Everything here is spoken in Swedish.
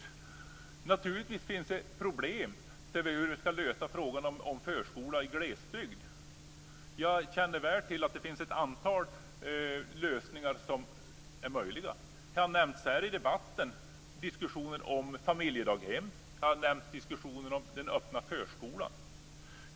Det finns naturligtvis problem när det gäller hur vi skall lösa frågan om förskola i glesbygd. Jag känner väl till att det finns ett antal lösningar som är möjliga. Här i debatten har man nämnt familjedaghem och den öppna förskolan.